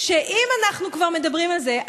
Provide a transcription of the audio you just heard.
אם אנחנו כבר מדברים על זה,